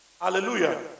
Hallelujah